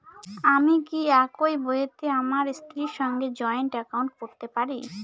আমি কি একই বইতে আমার স্ত্রীর সঙ্গে জয়েন্ট একাউন্ট করতে পারি?